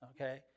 okay